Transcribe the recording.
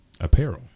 apparel